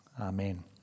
Amen